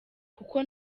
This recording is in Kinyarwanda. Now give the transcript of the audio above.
kuko